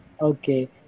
Okay